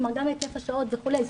כלומר גם היקף השעות וכולי.